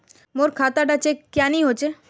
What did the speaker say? मोर खाता डा चेक क्यानी होचए?